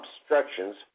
obstructions